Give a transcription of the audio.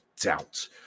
doubt